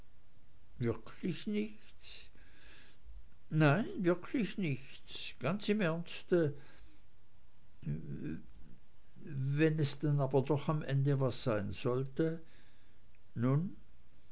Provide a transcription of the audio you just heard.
nichts nein wirklich nichts ganz im ernst wenn es aber doch am ende was sein sollte nun